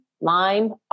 lime